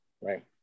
Right